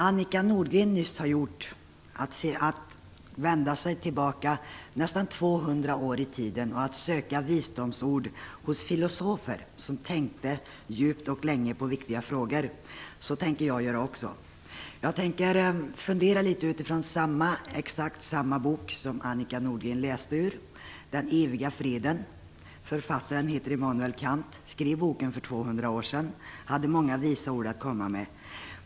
Annika Nordgren vände sig nyss tillbaka nästan 200 år i tiden och sökte visdomsord hos filosofer som tänkte djupt och länge på viktiga frågor. Det tänker jag också göra. Jag tänker fundera litet utifrån exakt samma bok som Annika Nordgren läste ur, Den eviga freden. Författaren heter Immanuel Kant. Han skrev boken för 200 år sedan och hade många visa ord att komma med.